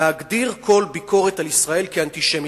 להגדיר כל ביקורת על ישראל כאנטישמית.